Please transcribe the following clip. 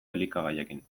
elikagaiekin